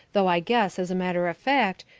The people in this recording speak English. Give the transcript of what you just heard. though i guess, as a matter of fact,